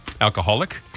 alcoholic